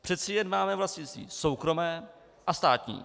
Přece jen máme vlastnictví soukromé a státní.